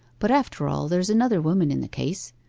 but after all there's another woman in the case.